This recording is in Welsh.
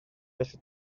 felly